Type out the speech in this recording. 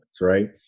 right